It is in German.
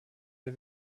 der